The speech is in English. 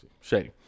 Shady